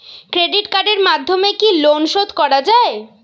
Credit কার্ডের মাধ্যমে কি লোন শোধ করা যায়?